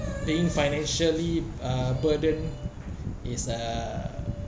being financially uh burdened is a